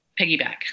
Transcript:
piggyback